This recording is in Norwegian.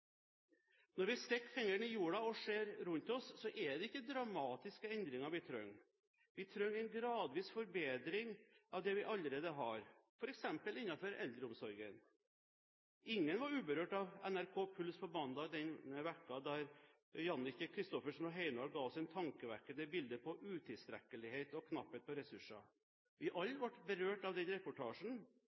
Når vi stikker fingeren i jorden og ser rundt oss, er det ikke dramatiske endringer vi trenger. Vi trenger en gradvis forbedring av det vi allerede har, f.eks. innenfor eldreomsorgen. Ingen var uberørte av NRK Puls på mandag denne uken, der Jannicke Kristoffersen fra Heimdal ga oss et tankevekkende bilde av utilstrekkelighet og knapphet på ressurser. Vi ble alle berørt av den reportasjen,